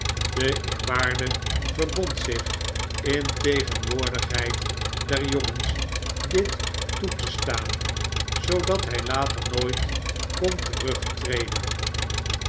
de eerwaarde verbond zich in tegenwoordigheid der jongens dit toe te staan zoodat hg later nooit kon